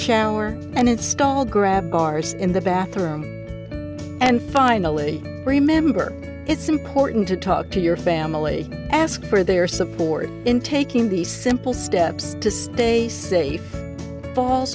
shower and install grab bars in the bathroom and finally remember it's important to talk to your family ask for their support in taking these simple steps to stay safe falls